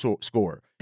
score